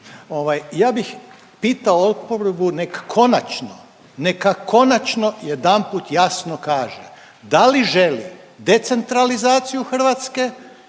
ja bih pitao oporbu nek konačno, neka konačno jedanput jasno kaže da li želi decentralizaciju Hrvatske